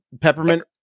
Peppermint